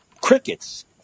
crickets